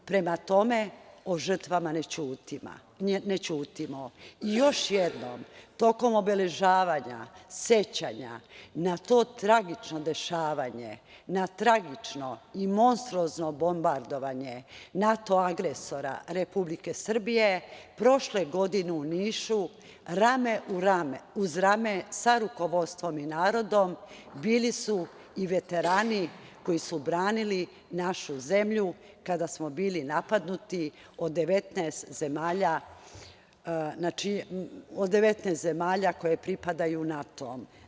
Prema tome, o žrtvama ne ćutimo i još jednom tokom obeležavanja sećanja na to tragično dešavanje, na tragično i monstruozno bombardovanje NATO agresora Republike Srbije prošle godine u Nišu rame uz rame sa rukovodstvom i narodom bili su i veterani koji su branili našu zemlju kada smo bili napadnuti od 19 zemalja koje pripadaju NATO.